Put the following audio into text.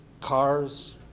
cars